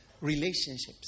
relationships